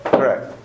Correct